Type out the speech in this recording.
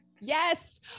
Yes